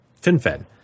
FinFed